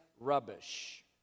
rubbish